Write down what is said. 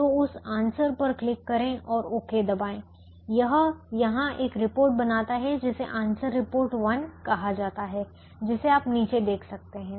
तो उस आंसर पर क्लिक करें और ओके दबाएं यह यहां एक रिपोर्ट बनाता है जिसे आंसर रिपोर्ट 1 कहा जाता है जिसे आप नीचे देख सकते हैं